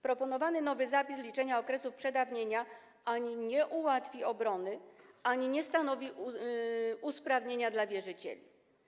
Proponowany nowy zapis dotyczący liczenia okresu przedawnienia ani nie ułatwi obrony, ani nie stanowi usprawnienia dla wierzycieli.